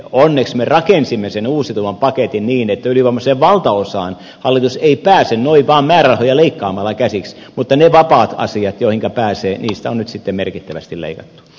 onneksi me rakensimme sen uusiutuvan paketin niin että ylivoimaiseen valtaosaan hallitus ei pääse noin vaan määrärahoja leikkaamalla käsiksi mutta niistä vapaista asioista joihin pääsee on nyt sitten merkittävästi leikattu